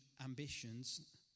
ambitions